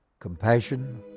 compassion,